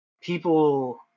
people